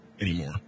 anymore